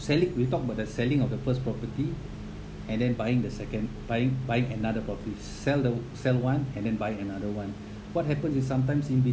sell it we talk about the selling of the first property and then buying the second buying buying another property sell the sell one and then buy another one what happen is sometimes in